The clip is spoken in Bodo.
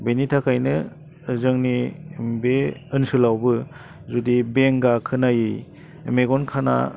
बेनि थाखायनो जोंनि बे ओनसोलावबो जुदि बेंगा खोनायै मेगन खाना